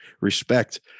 respect